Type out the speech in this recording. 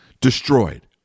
destroyed